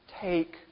Take